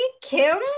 Kim